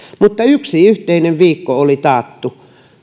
lapset yksi yhteinen viikko oli taattu